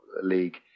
League